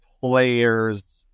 players